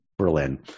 Berlin